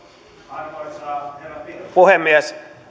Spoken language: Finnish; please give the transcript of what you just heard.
arvoisa herra puhemies